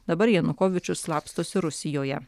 dabar janukovyčius slapstosi rusijoje